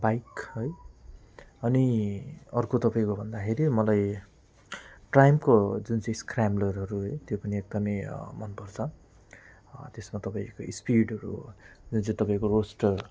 bike है अनि अर्को तपाईँको भन्दाखेरि मलाई ट्राइमको जुन चाहिँ स्क्रैम्ब्लरहरू है त्यो पनि एकदमै मन पर्छ त्यसमा तपाईँको स्पिडहरू जुन चाहिँ तपाईँको रोस्टर